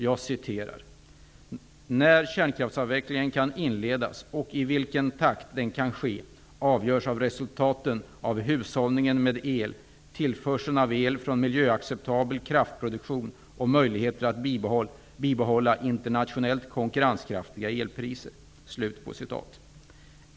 Jag citerar: ''När kränkraftsavvecklingen kan inledas och i vilken takt den kan ske avgörs av resultaten av hushållningen med el, tillförseln av el från miljöacceptabel kraftproduktion och möjligheterna att bibehålla internationellt konkurrenskraftiga elpriser.''